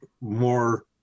more